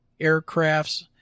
aircrafts